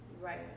Right